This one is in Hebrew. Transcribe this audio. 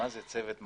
צוות מדהים.